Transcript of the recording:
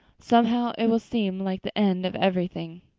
somehow, it will seem like the end of everything.